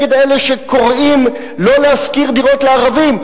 נגד אלה שקוראים לא להשכיר דירות לערבים,